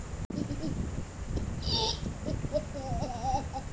পাম fruit মালে হচ্যে এক ধরলের ফল যাকে হামরা তাল ব্যলে